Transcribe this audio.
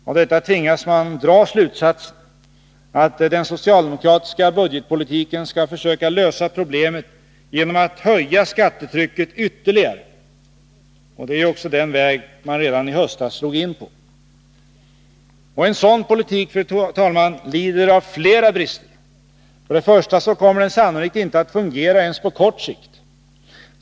Av detta tvingas man dra slutsatsen att den socialdemokratiska budgetpolitiken skall försöka lösa problemet genom att höja skattetrycket ytterligare. Det är ju också den väg man redan i höstas slog in på. En sådan politik lider av flera brister. Först och främst kommer den sannolikt inte att fungera ens på kort sikt.